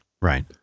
Right